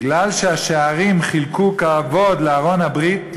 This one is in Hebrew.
בגלל שהשערים חלקו כבוד לארון הברית,